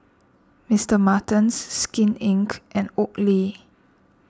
Mister Martens Skin Inc and Oakley